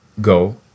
go